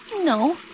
No